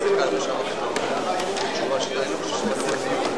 אני לא מציע שתתחייב על מספר השנים שתהיה כאן,